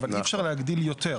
אבל אי אפשר להגדיל יותר,